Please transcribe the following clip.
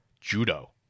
judo